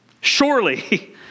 Surely